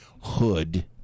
hood